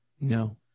no